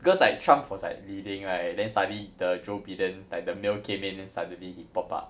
because like trump was like leading right then suddenly the joe biden like the mail came in then suddenly he pop up